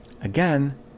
Again